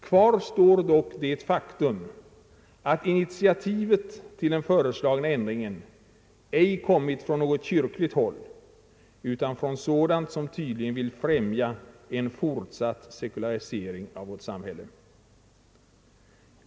Kvar står dock som ett faktum att initiativet till den föreslagna ändringen ej kommit från något kyrkligt håll utan från sådant som tydligen vill främja en fortsatt sekularisering av vårt samhälle.